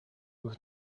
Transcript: was